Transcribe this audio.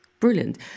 Brilliant